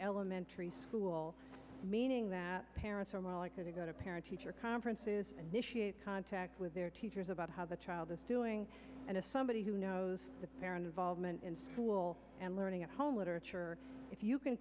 elementary school meaning that parents are more likely to go to parent teacher conferences and initiate contact with their teachers about how the child is doing and as somebody who knows the parent involvement in school and learning a whole literature if you can